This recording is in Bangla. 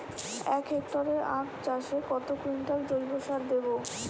এক হেক্টরে আখ চাষে কত কুইন্টাল জৈবসার দেবো?